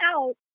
out